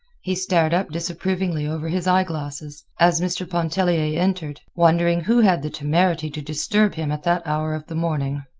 he stared up disapprovingly over his eye-glasses as mr. pontellier entered, wondering who had the temerity to disturb him at that hour of the morning.